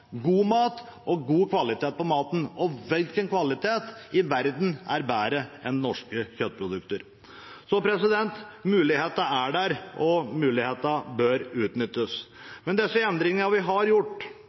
god mat med god kvalitet. Og hva i verden har bedre kvalitet enn norske kjøttprodukter? Mulighetene er der, og mulighetene bør